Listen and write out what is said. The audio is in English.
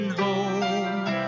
home